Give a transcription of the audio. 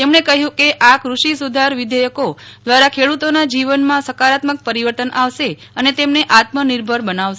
તેમણે કહ્યું કે આ કૃષિ સુધાર વિધેયકો દ્વારા ખેડૂતોના જીવનમાં સકારાત્મક પરિવર્તન આવશે અને તેમને આત્મનિર્ભર બનાવશે